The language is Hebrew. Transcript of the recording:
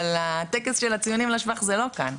אבל הטקס של הציונים לשבח זה לא כאן,